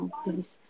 please